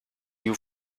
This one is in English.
new